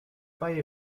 bei